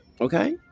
Okay